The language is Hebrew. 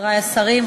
חברי השרים,